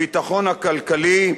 הביטחון הכלכלי,